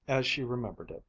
as she remembered it.